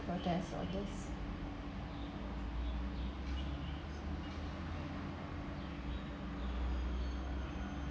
protest all those